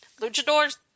luchadors